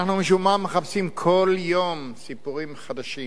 אנחנו משום מה מחפשים כל יום סיפורים חדשים,